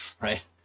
Right